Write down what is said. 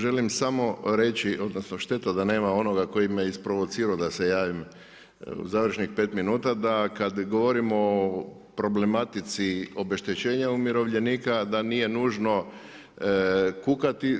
Želim samo reći odnosno šteta da nema onoga koji me je isprovocirao da se javih završnih pet minuta da kada govorimo o problematici obeštećenja umirovljenika da nije nužno kukati.